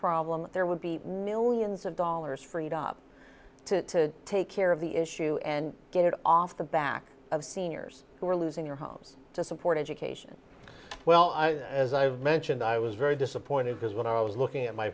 problem there would be millions of dollars for it up to take care of the issue and get it off the backs of seniors who are losing their homes to support education well as i've mentioned i was very disappointed because when i was looking at my